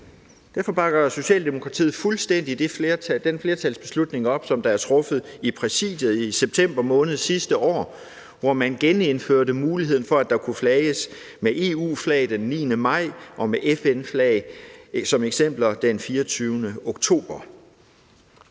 Derfor bakker Socialdemokratiet fuldstændig den flertalsbeslutning op, der er truffet i Præsidiet i september måned sidste år, hvor man genindførte muligheden for, at der eksempelvis kunne flages med EU-flag den 9. maj og med FN-flag den 24. oktober.